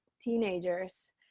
teenagers